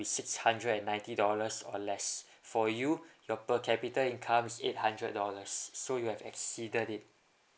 six hundred and ninety dollars or less for you your per capita income is eight hundred dollars so you have exceeded it